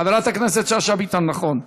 חברת הכנסת שאשא ביטון, נכון?